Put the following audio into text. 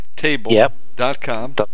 Table.com